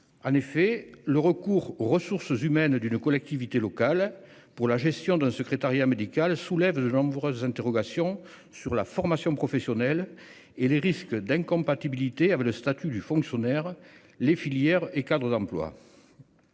En effet, le recours aux ressources humaines d'une collectivité locale pour la gestion d'un secrétariat médical soulève de nombreuses interrogations sur la formation professionnelle et les risques d'incompatibilités avec le statut du fonctionnaire, les filières et cadres d'emploi.